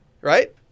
Right